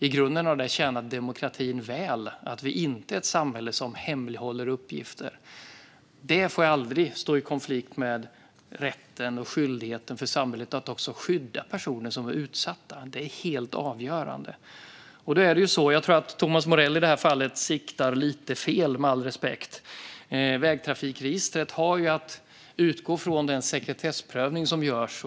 I grunden har det tjänat demokratin väl att vi inte är ett samhälle som hemlighåller uppgifter. Det får dock aldrig stå i konflikt med rätten och skyldigheten för samhället att skydda personer som är utsatta. Det är helt avgörande. Med all respekt: Jag tror att Thomas Morell i det här fallet siktar lite fel. Vägtrafikregistret har att utgå från den sekretessprövning som görs.